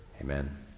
Amen